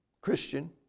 Christian